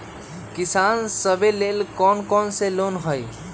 किसान सवे लेल कौन कौन से लोने हई?